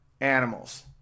animals